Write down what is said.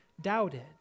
doubted